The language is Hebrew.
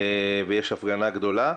הפגנה גדולה.